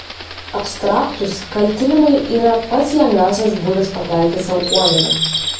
abstraktūs kaltinimai yra pats lengviausias būdas pakelti sau uodegą